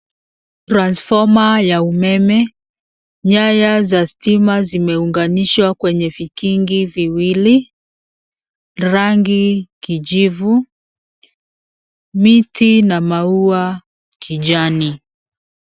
Transfoma ya umeme, nyaya za stima zimeunganishwa kwenye vikingi viwili, rangi kijivu, miti na maua kijani.